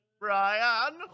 Brian